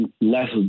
less